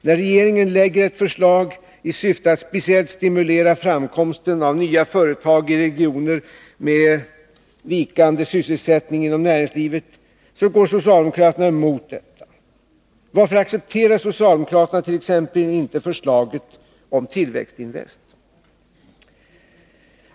När regeringen lägger fram ett förslag i syfte att speciellt stimulera framkomsten av nya företag i regioner med vikande sysselsättning inom näringslivet, går socialdemokraterna emot detta. Varför accepterar socialdemokraterna inte t.ex. förslaget om Tillväxtinvest?